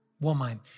woman